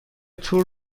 تور